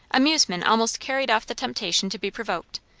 amusement almost carried off the temptation to be provoked.